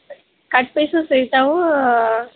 cut piece ಸಿಗ್ತಾವೂ